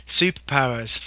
superpowers